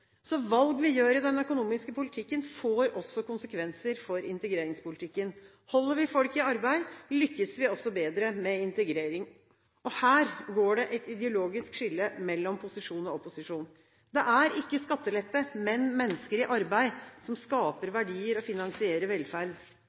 Valg vi gjør i den økonomiske politikken, får også konsekvenser for integreringspolitikken. Holder vi folk i arbeid, lykkes vi også bedre med integrering. Her går det et ideologisk skille mellom posisjon og opposisjon. Det er ikke skattelette, men mennesker i arbeid som skaper verdier og finansierer